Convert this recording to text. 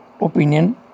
opinion